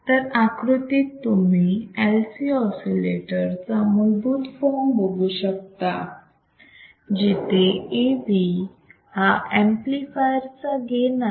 तर आकृतीत तुम्ही LC ऑसिलेटर चा मूलभूत फॉर्म बघू शकता जिथे AV हा ऍम्प्लिफायर चा गेन आहे